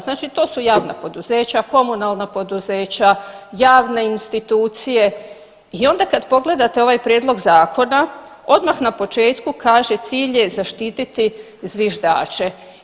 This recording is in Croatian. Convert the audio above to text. Znači to su javna poduzeća, komunalna poduzeća, javne institucije i onda kad pogledate ovaj prijedlog zakona odmah na početku kaže cilj je zaštititi zviždače.